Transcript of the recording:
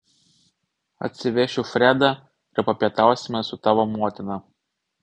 atsivešiu fredą ir papietausime su tavo motina